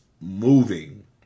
moving